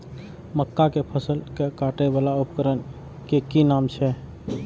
मक्का के फसल कै काटय वाला उपकरण के कि नाम छै?